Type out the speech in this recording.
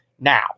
now